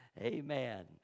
Amen